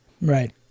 right